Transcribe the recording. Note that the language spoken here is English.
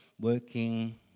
working